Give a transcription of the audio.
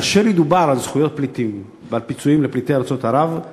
כאשר ידובר על זכויות פליטים ועל פיצויים לפליטי ארצות ערב,